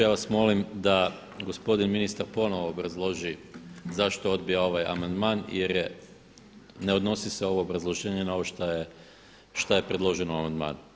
Ja vas molim da gospodin ministar ponovno obrazloži zašto odbija ovaj amandman jer je, ne odnosi se ovo obrazloženje na ovo šta je predloženo u amandmanu.